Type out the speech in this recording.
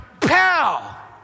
pow